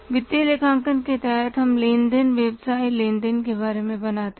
वित्तीय लेखांकन के तहत हम लेन देन व्यवसाय लेन देन के बारे में बनाते है